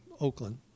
Oakland